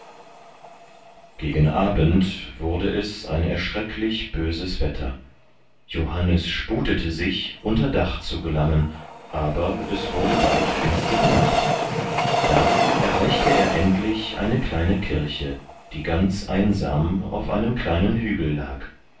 gegen abend wurde es ein erschrecklich böses wetter johannes sputete sich unter dach zu gelangen aber es wurde bald finstere nacht da erreichte er endlich eine kleine kirche die ganz einsam auf einem kleinen hügel lag